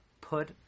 put